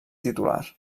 titular